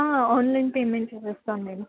online payment చేసేస్తాను నేను